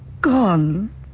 gone